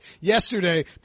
yesterday